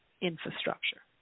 infrastructure